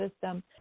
system